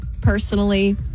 personally